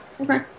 Okay